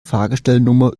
fahrgestellnummer